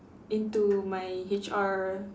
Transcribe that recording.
into my H_R